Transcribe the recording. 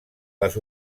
les